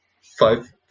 five